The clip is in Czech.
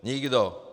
Nikdo.